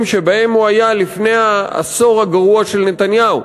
שבהם הוא היה לפני העשור הגרוע של נתניהו.